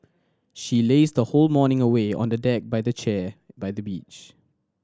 she lazed the whole morning away on a deck by the chair by the beach